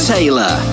Taylor